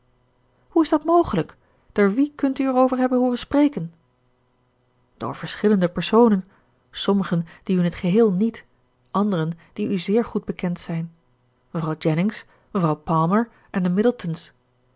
hoe is dat mogelijk door wien kunt u erover hebben hooren spreken door verschillende personen sommigen die u in t geheel niet anderen die u zeer goed bekend zijn mevrouw jennings mevrouw palmer en de